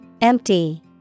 Empty